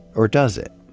or does it?